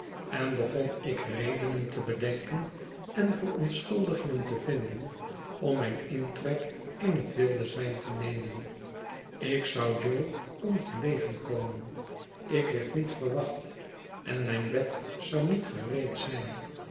en begon ik redenen te bedenken en verontschuldigingen te vinden om mijn intrek in het wilde zwijn te nemen ik zou jo ongelegen komen ik werd niet verwacht en mijn bed zou niet gereed zijn